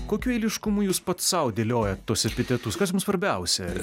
kokiu eiliškumu jūs pats sau dėliojat tuos epitetus kas jum svarbiausia